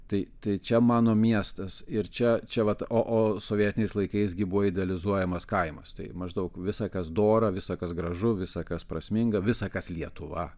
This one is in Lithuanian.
tai tai čia mano miestas ir čia čia vat o o sovietiniais laikais gi buvo idealizuojamas kaimas tai maždaug visa kas dora visa kas gražu visa kas prasminga visa kas lietuva